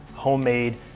homemade